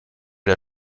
der